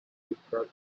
describe